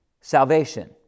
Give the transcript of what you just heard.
Salvation